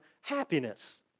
happiness